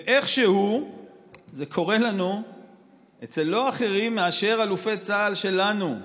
ואיכשהו זה קורה לנו אצל לא אחרים מאשר אלופי צה"ל שלנו,